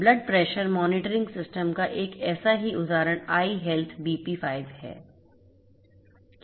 blood pressure monitoring system का ऐसा ही एक उदाहरण iHealth BP5 है